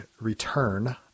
Return